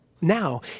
now